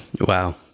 wow